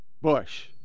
Bush